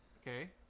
Okay